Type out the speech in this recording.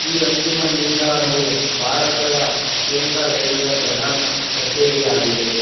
ಈ ಅಂತಿಮ ನಿಲ್ದಾಣವು ಭಾರತದ ಕೇಂದ್ರ ರೈಲ್ವೆಯ ಪ್ರಧಾನ ಕಚೇರಿಯಾಗಿದೆ